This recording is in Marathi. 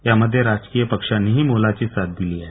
यामध्ये राजकीय पक्षांनीही मोलाची साथ दिली आहेत